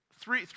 three